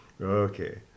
Okay